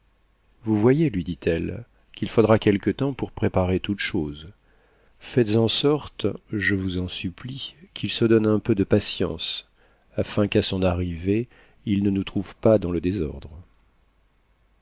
vous voyez lui dit-elle qu'it faudra oueique temps pour préparer toutes choses faites en sorte je vous en supplie qu'il se donne un peu de patience asn qu'à son arrivée il ne nous trouve pas dans le désordre